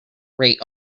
rate